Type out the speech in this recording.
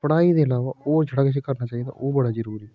पढ़ाई जेल्लै ओह् होर पढ़ाई उसी करना चाहिदा ओह् बड़ा जरूरी ऐ